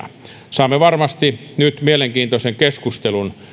saamme varmasti nyt mielenkiintoisen keskustelun